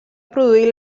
produir